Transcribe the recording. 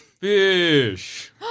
Fish